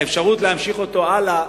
האפשרות להמשיך אותו הלאה,